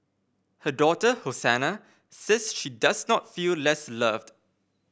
her daughter Hosanna says she does not feel less loved